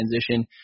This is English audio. transition